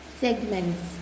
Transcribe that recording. segments